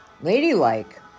ladylike